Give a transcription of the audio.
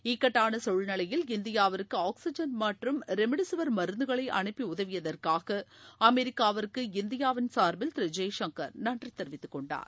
இக்கட்டான சூழ்நிலையில் இந்தியாவிற்கு ஆக்ஸிஜன் மற்றும் ரெம்டிசிவர் மருந்துகளை அனுப்பி உதவியதற்காக அமெரிக்காவிற்கு இந்தியாவின் சார்பில் திரு ஜெய்சங்கர் நன்றி தெரிவித்துக்கொண்டார்